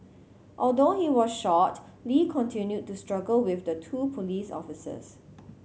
although he was shot Lee continued to struggle with the two police officers